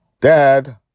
Dad